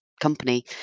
company